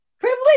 privilege